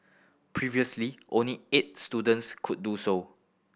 previously only eight students could do so